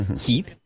Heat